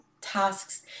tasks